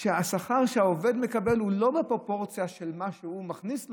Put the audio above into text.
והשכר שהעובד מקבל הוא לא בפרופורציה של מה שהוא מכניס מהעובד.